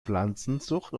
pflanzenzucht